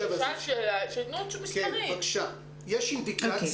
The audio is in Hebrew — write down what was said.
החינוך המיוחד, בבקשה, רק דברים חדשים, אני מבקש.